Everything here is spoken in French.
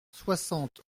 soixante